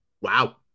Wow